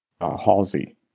Halsey